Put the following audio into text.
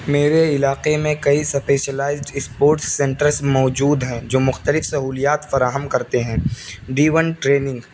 میرے علاقے میں کئی سپیشلائزڈ اسپورٹس سینٹرس موجود ہیں جو مختلف سہولیات فراہم کرتے ہیں ڈی ون ٹریننگ